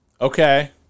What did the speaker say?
Okay